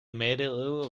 middeleeuwen